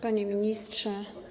Panie Ministrze!